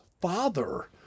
father